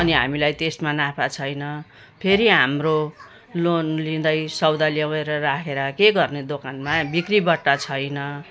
अनि हामीलाई त्यसमा नाफा छैन फेरि हाम्रो लोन लिँदै सौदा ल्याएर राखेर के गर्ने दोकानमा बिक्रीबट्टा छैन